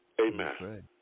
Amen